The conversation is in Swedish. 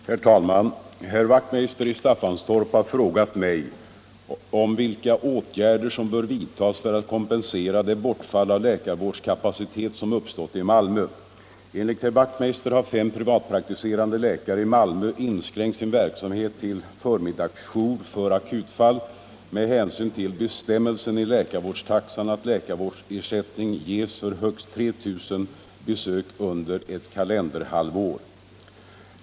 stäppen re RSA JA Ne Herr talman! Herr Wachtmeister i Staffanstorp har frågat mig vilka Om åtgärder mot åtgärder som bör vidtas för att kompensera det bortfall av läkarvårds = minskad kapacitet som uppstått i Malmö. Enligt herr Wachtmeister har fem pri — läkarvårdskapacitet vatpraktiserande läkare i Malmö inskränkt sin verksamhet till förmid — i Malmö dagsjour för akutfall med hänsyn till bestämmelsen i läkarvårdstaxan att läkarvårdsersättning ges för högst 3 000 besök under ett kalenderhalvår.